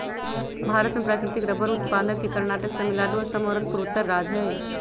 भारत में प्राकृतिक रबर उत्पादक के कर्नाटक, तमिलनाडु, असम और अन्य पूर्वोत्तर राज्य हई